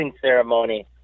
ceremony